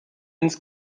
ins